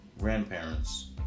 grandparents